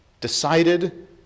decided